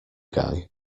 guy